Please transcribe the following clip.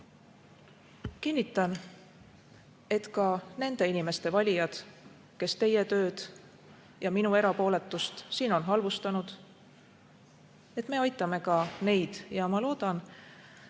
Kinnitan, et ka nende inimeste valijaid, kes teie tööd ja minu erapooletust siin on halvustanud, me aitame. Ma loodan,